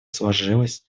сложилась